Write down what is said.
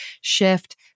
shift